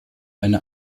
eine